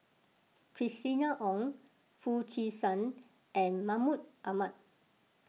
Christina Ong Foo Chee San and Mahmud Ahmad